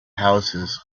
houses